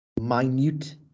minute